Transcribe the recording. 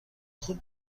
خوب